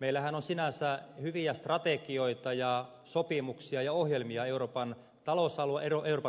meillähän on sinänsä hyviä strategioita ja sopimuksia ja ohjelmia euroopan